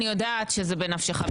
אני תמיד מקבל מהממשלה עוד דברים,